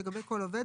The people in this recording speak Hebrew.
לגבי כל עובד,